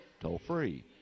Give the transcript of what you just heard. toll-free